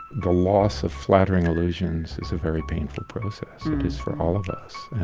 the loss of flattering illusions is a very painful process. it is for all of us.